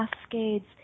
cascades